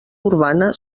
urbana